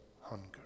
hunger